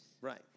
Right